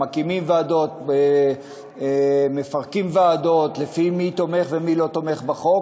מקימים ועדות ומפרקים ועדות לפי מי תומך ומי לא תומך בחוק,